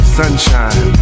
sunshine